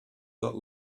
that